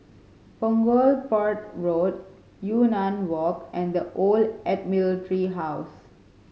Punggol Port Road Yunnan Walk and The Old Admiralty House